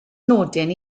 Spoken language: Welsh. nodyn